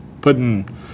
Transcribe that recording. putting